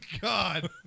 God